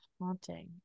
haunting